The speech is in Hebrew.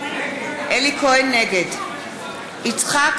נגד יצחק